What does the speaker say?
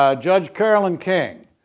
ah judge carolyn king